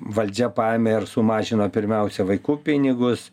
valdžia paėmė ir sumažino pirmiausia vaikų pinigus